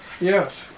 Yes